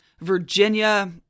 Virginia